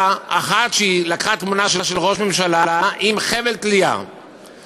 אחת שלקחה תמונה של ראש ממשלה עם חבל תלייה,